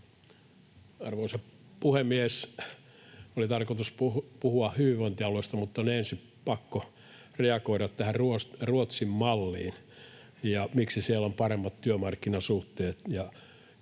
Arvoisa puhemies! Oli tarkoitus puhua hyvinvointialueista, mutta on ensin pakko reagoida tähän Ruotsin malliin, siihen, miksi siellä on paremmat työmarkkinasuhteet